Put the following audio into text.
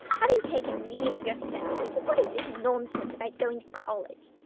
have you taken leave of your senses? what is this nonsense about going to college?